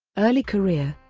early career